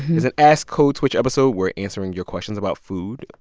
it's an ask code switch episode. we're answering your questions about food.